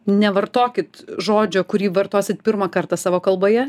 nevartokit žodžio kurį vartosit pirmą kartą savo kalboje